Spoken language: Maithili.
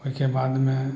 ओहिके बादमे